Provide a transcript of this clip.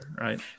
right